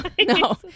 no